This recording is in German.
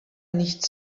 nicht